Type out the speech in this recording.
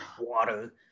water